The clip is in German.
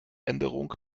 änderung